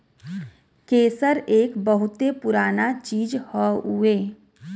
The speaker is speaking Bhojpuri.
केसर एक बहुते पुराना चीज हउवे